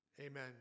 Amen